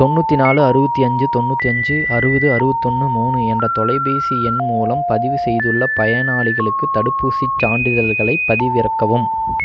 தொண்ணூற்றி நாலு அறுபத்தி அஞ்சு தொண்ணூற்றி அஞ்சு அறுபது அறுபத்தொன்னு மூணு என்ற தொலைபேசி எண் மூலம் பதிவு செய்துள்ள பயனாளிகளுக்கு தடுப்பூசிச் சான்றிதழ்களைப் பதிவிறக்கவும்